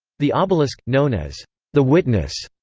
the obelisk, known as the witness,